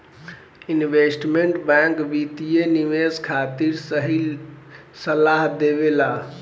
investment bank वित्तीय निवेश खातिर सही सलाह देबेला